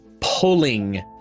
pulling